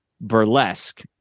burlesque